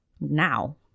now